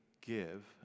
give